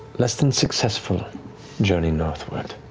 less than successful journey northward.